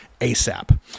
ASAP